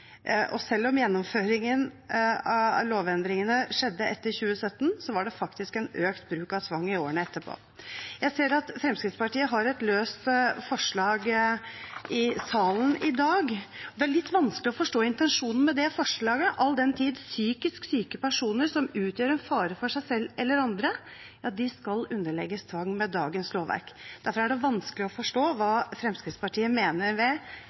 Selv om gjennomføringen av lovendringene skjedde etter 2017, var det faktisk økt bruk av tvang i årene etterpå. Jeg ser at Fremskrittspartiet har et løst forslag i salen i dag. Det er litt vanskelig å forstå intensjonen med det forslaget, all den tid psykisk syke personer som utgjør en fare for seg selv eller andre, skal underlegges tvang med dagens lovverk. Derfor er det vanskelig å forstå hva Fremskrittspartiet mener